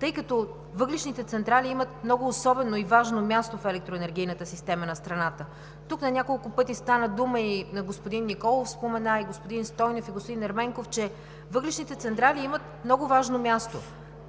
тъй като въглищните централи имат много особено и важно място в електроенергийната система на страната. Тук на няколко пъти стана дума – и господин Николов спомена, и господин Стойнев, и господин Ерменков, че въглищните централи имат много важно място.